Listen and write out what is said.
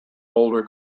boulder